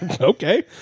Okay